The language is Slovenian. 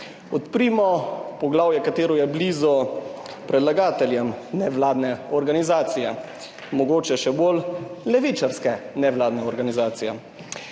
odprimo poglavje, ki je blizu predlagateljem nevladne organizacije, mogoče še bolj levičarske nevladne organizacije.